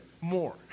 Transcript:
more